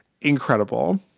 incredible